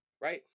right